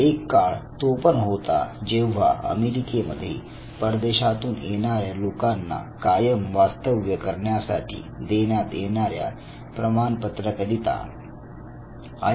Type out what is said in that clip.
एक काळ तो पण होता जेव्हा अमेरिकेमध्ये परदेशातून येणाऱ्या लोकांना कायम वास्तव्य करण्यासाठी देण्यात येणाऱ्या प्रमाणपत्र करिता आई